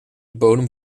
bodem